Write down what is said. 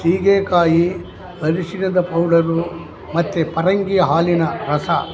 ಸೀಗೆಕಾಯಿ ಅರಿಶಿನದ ಪೌಡರು ಮತ್ತೆ ಪರಂಗಿ ಹಾಲಿನ ರಸ